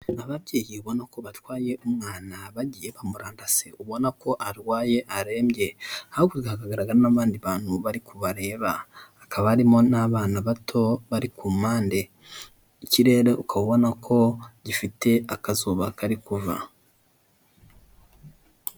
Ababyeyi ubona ko batwaye umwana bagiye bamurandase ubona ko arwaye arembye, hakurya hakagaragara n'abandi bantu bari kubareba, hakaba harimo n'abana bato bari ku mpande, ikirere uka ubona ko gifite akazuba kari kuva.